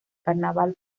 carnaval